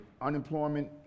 unemployment